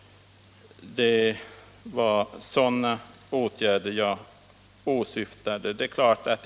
Det var åtgärder av det slaget jag åsyftade i min fråga.